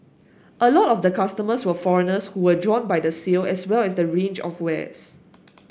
a lot of the customers were foreigners who were drawn by the sale as well as the range of wares